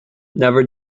never